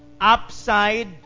Upside